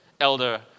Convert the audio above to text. Elder